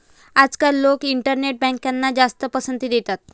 आजकाल लोक इंटरनेट बँकला जास्त पसंती देतात